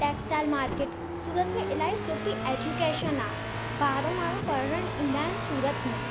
textile market Surat में इलाही सुठी एजुकेशन आहे ॿाहरां माण्हू पढ़णु ईंदा आहिनि सूरत में